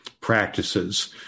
practices